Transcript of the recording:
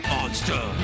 Monster